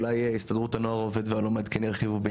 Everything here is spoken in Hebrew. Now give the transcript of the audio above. אולי הסתדרות הנוער העובד והלומד כן ירחיבו,